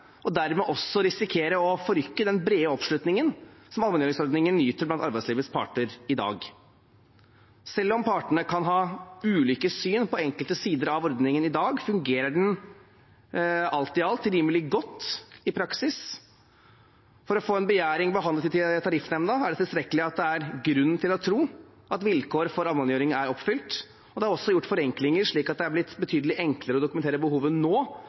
og dermed også en risiko for å forrykke den brede oppslutningen som allmenngjøringsordningen nyter blant arbeidslivets parter i dag. Selv om partene kan ha ulike syn på enkelte sider av ordningen i dag, fungerer den alt i alt rimelig godt i praksis. For å få en begjæring behandlet i Tariffnemnda er det tilstrekkelig at det er grunn til å tro at vilkår for allmenngjøring er oppfylt. Det er også gjort forenklinger, slik at det er betydelig enklere å dokumentere behovet nå